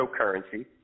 cryptocurrency